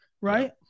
right